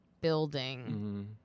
building